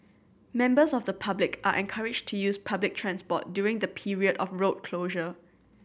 members of the public are encouraged to use public transport during the period of road closure